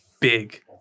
big